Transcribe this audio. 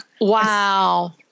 Wow